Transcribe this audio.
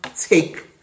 take